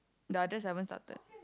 the others I haven't started